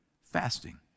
fasting